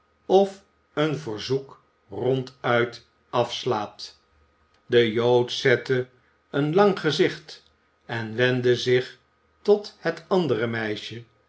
of een verzoek ronduit afslaat de jood zette een lang gezicht en wendde zich tot het andere meisje